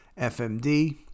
FMD